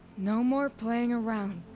no more playing around.